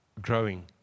growing